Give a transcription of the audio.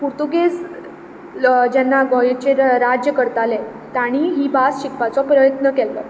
पुर्तुगेज जेन्ना गोंयचेर राज्य करताले तांणीं ही भास शिकपाचो प्रयत्न केल्लो